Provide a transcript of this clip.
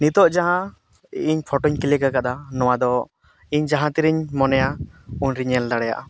ᱱᱤᱛᱚᱜ ᱡᱟᱦᱟᱸ ᱤᱧ ᱯᱷᱳᱴᱳᱧ ᱠᱞᱤᱠ ᱟᱠᱟᱫᱟ ᱱᱚᱣᱟ ᱫᱚ ᱤᱧ ᱡᱟᱦᱟᱸ ᱛᱤᱨᱤᱧ ᱢᱚᱱᱮᱭᱟ ᱩᱱᱨᱤᱧ ᱧᱮᱞ ᱫᱟᱲᱮᱭᱟᱜᱼᱟ